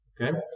Okay